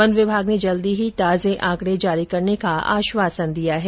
one विभाग ने जल्दी ही ताजे आंकडे जारी करने का आश्वासन दिया है